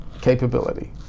capability